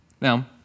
Now